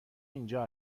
اینجا